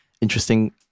interesting